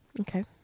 Okay